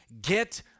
get